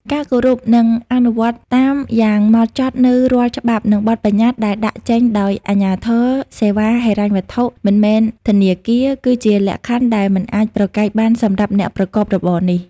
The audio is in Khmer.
ការគោរព និងអនុវត្តតាមយ៉ាងម៉ត់ចត់នូវរាល់ច្បាប់ និងបទបញ្ញត្តិដែលដាក់ចេញដោយអាជ្ញាធរសេវាហិរញ្ញវត្ថុមិនមែនធនាគារ គឺជាលក្ខខណ្ឌដែលមិនអាចប្រកែកបានសម្រាប់អ្នកប្រកបរបរនេះ។